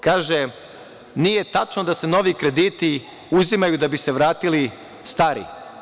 Kaže – nije tačno da se novi krediti uzimaju da bi se vratili stari.